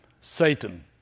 Satan